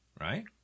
right